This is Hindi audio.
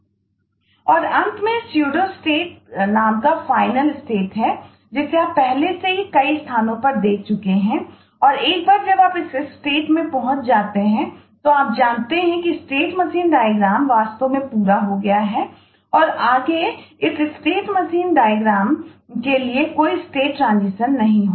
अब अंत में स्यूडोस्टेट्स नहीं होगा